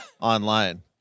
online